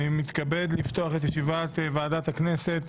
אני מתכבד לפתוח את ישיבת ועדת הכנסת.